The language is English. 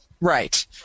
right